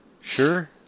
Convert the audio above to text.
Sure